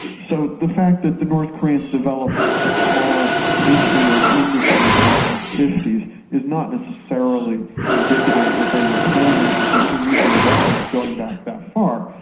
so the fact that the north koreans developed a small nuclear industry in the nineteen fifty s is not necessarily indicative that they were planning to pursue nuclear weapons going back that far,